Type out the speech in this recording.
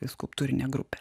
skulptūrinė grupė